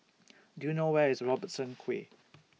Do YOU know Where IS Robertson Quay